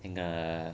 and err